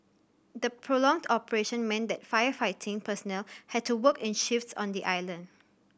the prolonged operation meant that firefighting personnel had to work in shifts on the island